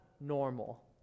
normal